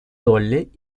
долли